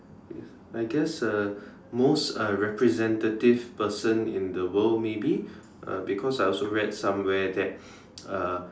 ya I guess uh most uh representative person in the world maybe uh because I also read somewhere that uh